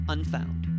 unfound